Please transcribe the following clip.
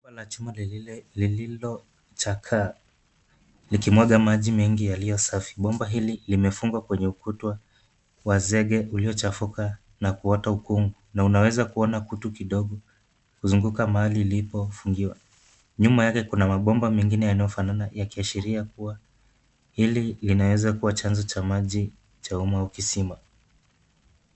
Kuna chuma lililochakaa, likimwaga maji mengi yaliyo safi. Bomba hili limefungwa kwenye ukuta wa zege uliochafuka na kuota huku na unaweza kuona kutu kidogo huzunguka mahali ilipofungiwa. Nyuma yake kuna mabomba mengine yanayofanana, yakiashiria kuwa hili linaeza kuwa chanzo cha umma au kisima.